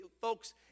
Folks